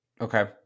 Okay